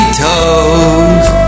toes